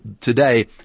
today